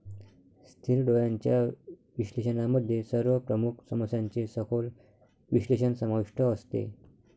स्थिर डोळ्यांच्या विश्लेषणामध्ये सर्व प्रमुख समस्यांचे सखोल विश्लेषण समाविष्ट असते